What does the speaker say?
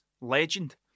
Legend